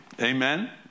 amen